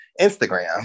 Instagram